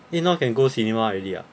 eh now can go cinema already ah